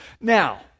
Now